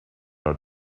are